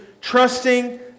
trusting